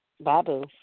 Babu